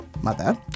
mother